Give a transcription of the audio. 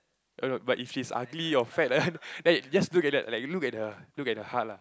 err nope but if she is ugly or fat then then just look at that like you look at the look at the heart lah